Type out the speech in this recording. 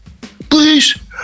please